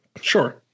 Sure